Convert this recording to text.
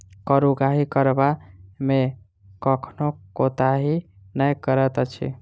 कर उगाही करबा मे कखनो कोताही नै करैत अछि